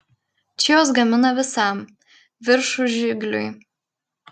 čia juos gamina visam viršužigliui